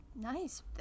Nice